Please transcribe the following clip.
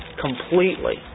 Completely